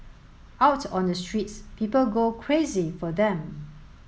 out on the streets people go crazy for them